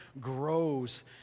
grows